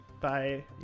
Bye